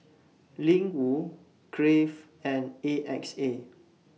Ling Wu Crave and A X A